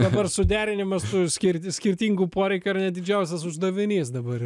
dabar suderinimas su skirdi skirtingų poreikių ar net didžiausias uždavinys dabar ir